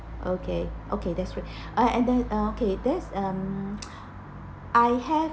okay okay that's great uh and then uh okay that's um I have